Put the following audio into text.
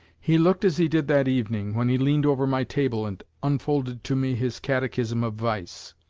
he looked as he did that evening, when he leaned over my table and unfolded to me his catechism of vice.